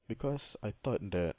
because I thought that